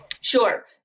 Sure